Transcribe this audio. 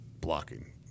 blocking